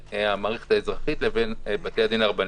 המערכת האזרחית לבין בתי הדין הרבניים.